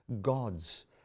gods